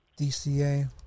DCA